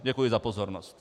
Děkuji za pozornost.